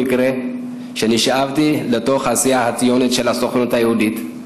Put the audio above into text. לא במקרה נשאבתי לתוך העשייה הציונית של הסוכנות היהודית.